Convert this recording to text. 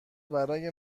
برای